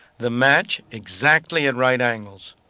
the match exactly at right angles.